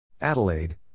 Adelaide